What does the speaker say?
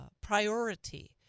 priority